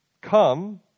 Come